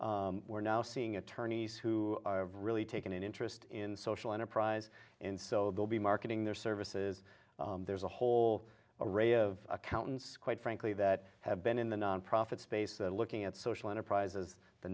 we're now seeing attorneys who are really taken an interest in social enterprise in so they'll be marketing their services there's a whole array of accountants quite frankly that have been in the nonprofit space looking at social enterprises the